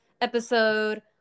episode